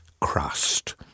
crust